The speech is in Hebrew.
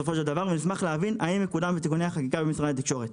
נשמח להבין האם יקודם בתיקוני החקיקה במשרד התקשורת.